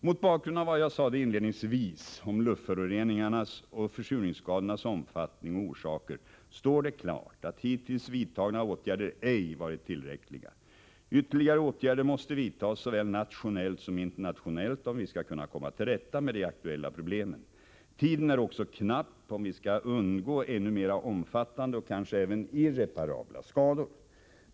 Mot bakgrund av vad jag sade inledningsvis om luftföroreningarnas och försurningsskadornas omfattning och orsaker står det klart att hittills vidtagna åtgärder ej varit tillräckliga. Ytterligare åtgärder måste vidtas såväl nationellt som internationellt om vi skall kunna komma till rätta med de aktuella problemen. Tiden är också knapp om vi skall undgå ännu mera omfattande och kanske även irreparabla skador.